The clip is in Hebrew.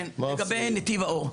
כן, לגבי נתיב האור.